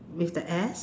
with the S